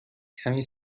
کمی